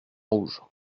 rouges